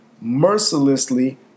Mercilessly